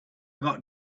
got